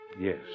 Yes